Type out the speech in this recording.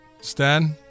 Stan